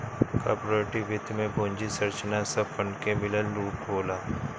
corporate वित्त में पूंजी संरचना सब फंड के मिलल रूप होला